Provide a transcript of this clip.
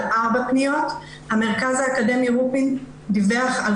ארבע פניות; המרכז האקדמי רופין דיווח על